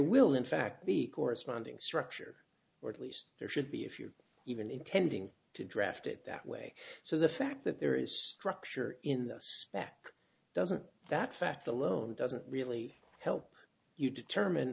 will in fact be corresponding structure or at least there should be if you even intending to draft it that way so the fact that there is structure in those back doesn't that fact alone doesn't really help you determine